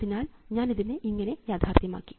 അതിനാൽ ഞാൻ ഇതിനെ ഇങ്ങനെ യാഥാർഥ്യമാക്കി